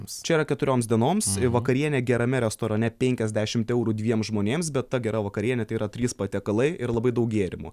čia yra keturioms dienoms vakarienė gerame restorane penkiasdešimt eurų dviem žmonėms bet ta gera vakarienė tai yra trys patiekalai ir labai daug gėrimų